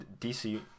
dc